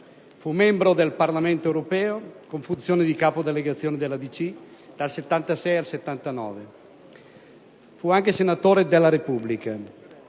Fu membro del Parlamento europeo (con funzioni di capo delegazione della DC), dal 1976 al 1979. Fu anche senatore della Repubblica.